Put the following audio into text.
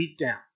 Beatdown